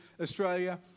Australia